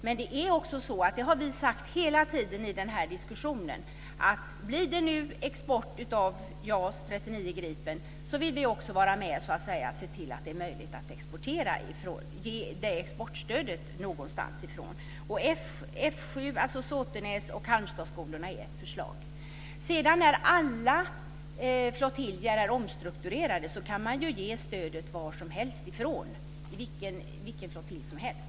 Men vi har hela tiden under diskussionen sagt att om det nu blir export av JAS 39 Gripen vill vi också vara med och se till att det är möjligt att någonstans ifrån ge det exportstödet. F 7, alltså Såtenäs, och Halmstadsskolorna är ett förslag. När sedan alla flottiljer är omstrukturerade kan man ge stödet ifrån varsomhelst, dvs. från vilken flottilj som helst.